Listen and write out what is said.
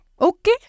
Okay